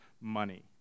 money